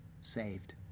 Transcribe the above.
saved